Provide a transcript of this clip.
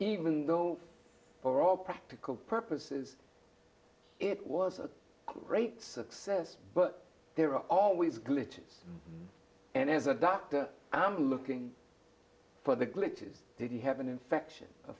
even though for all practical purposes it was a great success but there are always glitches and as a doctor i'm looking for the glitches did he have an infection a